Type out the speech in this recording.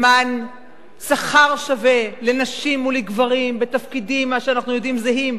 למען שכר שווה לנשים ולגברים בתפקידים זהים,